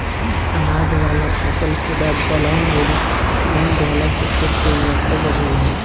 अनाज वाला फसल के बाद दलहन अउरी तिलहन बोअला से खेत के उर्वरता बढ़ेला